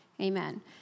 Amen